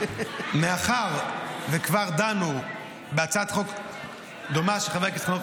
מאחר שכבר דנו בהצעת חוק דומה של חבר הכנסת,